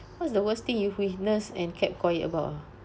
what's the worst thing you witnessed and kept quiet about ah